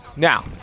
Now